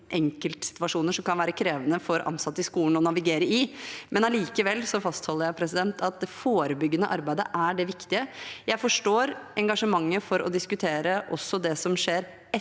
enkeltsituasjoner som kan være krevende for ansatte i skolen å navigere i. Likevel fastholder jeg at det forebyggende arbeidet er det viktige. Jeg forstår engasjementet for å diskutere også det som skjer etter